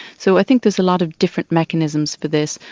so i think there's a lot of different mechanisms but this.